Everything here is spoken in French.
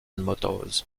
motors